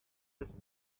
als